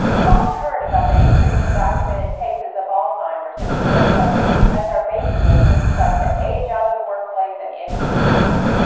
we've all heard about the increase in documented cases of alzheimer's and dementia as our baby boomers start to age out of the workplace and into retirement.